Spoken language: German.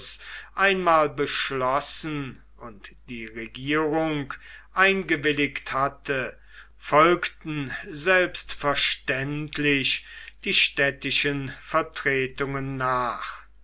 einmal beschlossen und die regierung eingewilligt hatte folgten selbstverständlich die städtischen vertretungen nach